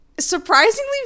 Surprisingly